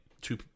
two